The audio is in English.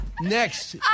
Next